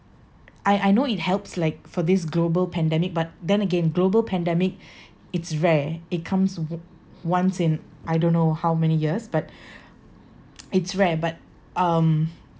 I I know it helps like for this global pandemic but then again global pandemic it's rare it comes on~ once in I don't know how many years but it's rare but um